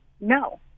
no